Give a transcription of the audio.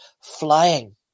flying